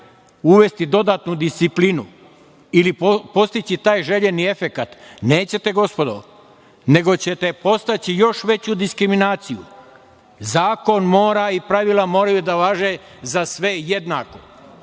uvesti dodatnu disciplinu ili postići taj željeni efekat. Nećete, gospodo, nego ćete podstaći još veću diskriminaciju. Zakon mora i pravila moraju da važe za sve jednako. Kada